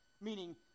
Meaning